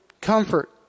comfort